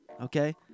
okay